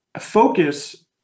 focus